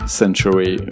century